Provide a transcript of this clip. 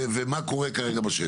ומה קורה כרגע בשטח?